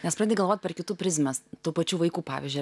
nes pradi galvot pr kitų prizmes tų pačių vaikų pavyzdžiui